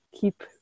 keep